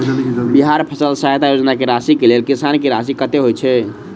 बिहार फसल सहायता योजना की राशि केँ लेल किसान की राशि कतेक होए छै?